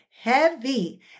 heavy